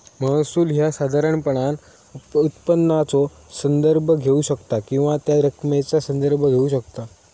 महसूल ह्या साधारणपणान उत्पन्नाचो संदर्भ घेऊ शकता किंवा त्या रकमेचा संदर्भ घेऊ शकता